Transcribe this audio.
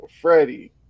Freddie